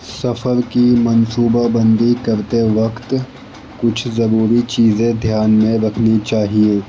سفر کی منصوبہ بندی کرتے وقت کچھ ضروری چیزیں دھیان میں رکھنی چاہیے